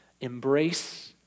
embrace